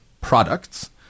products